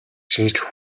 шинжлэх